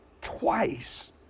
twice